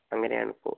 അങ്ങനെയാണിപ്പോൾ